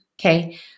okay